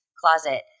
closet